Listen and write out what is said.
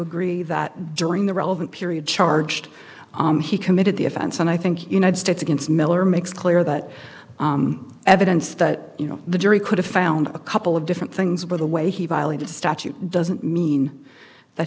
agree that during the relevant period charged he committed the offense and i think united states against miller makes clear that evidence that you know the jury could have found a couple of different things were the way he violated the statute doesn't mean that